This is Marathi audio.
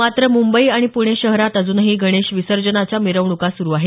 मात्र मुंबई आणि प्णे शहरात अजूनही गणेश विसर्जनाच्या मिरवणूका सुरू आहेत